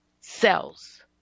cells